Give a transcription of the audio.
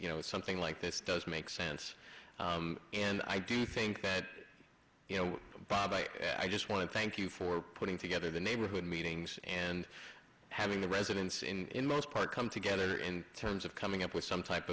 you know something like this does make sense and i do think that you know bob i just want to thank you for putting together the neighborhood meetings and having the residents in most part come together in terms of coming up with some type